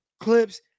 clips